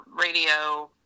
radio